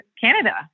Canada